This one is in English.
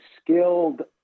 skilled